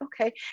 okay